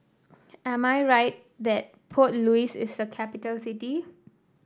am I right that Port Louis is a capital city